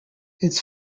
its